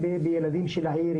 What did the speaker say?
בילדים של העיר,